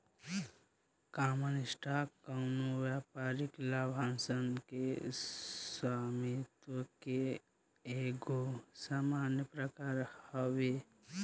common stock कवनो व्यापारिक लाभांश के स्वामित्व के एगो सामान्य प्रकार हवे